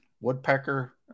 Woodpecker